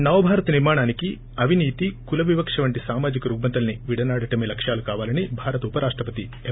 నవ భారత నిర్మాణానికి అవినీతి కుల వివక్ష వంటి సామాజిక రుగ్మతల్పి విడనాడటమే లక్ష్యాలు కావాలని భారత ఉప రాష్టపతి ఎం